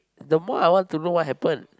the more I want to know what happen